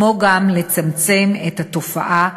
וגם לצמצם את התופעה,